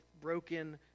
broken